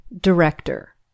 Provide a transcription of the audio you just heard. Director